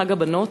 חג הבנות.